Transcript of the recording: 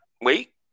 Wait